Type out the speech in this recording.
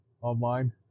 online